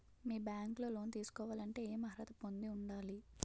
మీ bank లో loan తీసుకోవాలంటే ఎం అర్హత పొంది ఉండాలి?